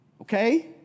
Okay